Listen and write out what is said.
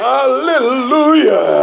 Hallelujah